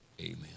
amen